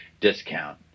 discount